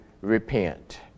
repent